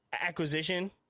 acquisition